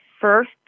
first